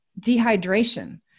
dehydration